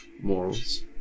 morals